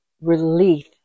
relief